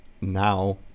now